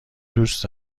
دوست